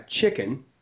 chicken